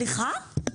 סליחה?